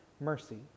mercy